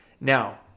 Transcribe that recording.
Now